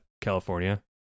California